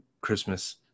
Christmas